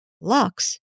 Lux